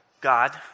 God